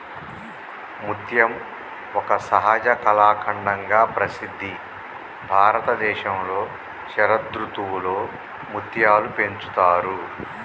ముత్యం ఒక సహజ కళాఖండంగా ప్రసిద్ధి భారతదేశంలో శరదృతువులో ముత్యాలు పెంచుతారు